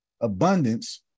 abundance